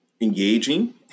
engaging